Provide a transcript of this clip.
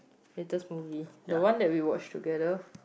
latest movie the one that we watched together